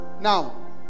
Now